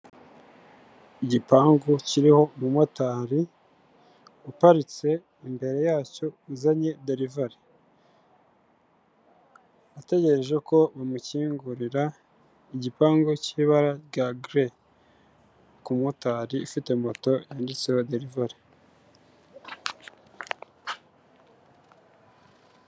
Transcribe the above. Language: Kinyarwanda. Igipangu kiriho umumotari uparitse imbere yacyo uzanye derivari, ategereje ko bamukingurira igipangu cy'ibara rya gere, ku mumotari ufite moto handitseho derivari.